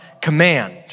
command